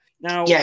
Now